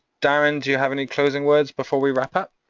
darrin, do you have any closing words before we wrap up?